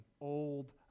old